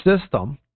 system